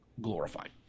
glorified